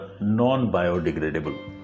non-biodegradable